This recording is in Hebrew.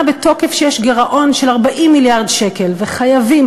בתוקף שיש גירעון של 40 מיליארד שקל וחייבים,